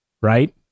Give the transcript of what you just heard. right